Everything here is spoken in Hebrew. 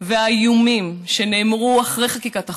והאיומים שנאמרו אחרי חקיקת החוק,